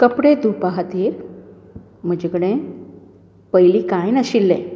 आतां ती ईलेक्ट्रोनिक्स आयल्या